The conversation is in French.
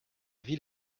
ville